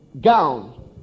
gown